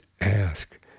ask